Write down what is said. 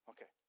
Okay